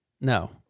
No